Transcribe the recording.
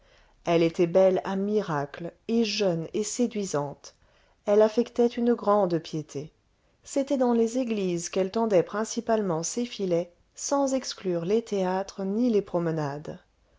elle était belle à miracle et jeune et séduisante elle affectait une grande piété c'était dans les églises qu'elle tendait principalement ses filets sans exclure les théâtres ni les promenades